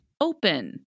open